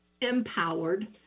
empowered